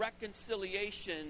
reconciliation